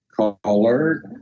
Caller